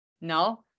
No